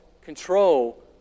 control